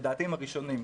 לדעתי הם הראשונים,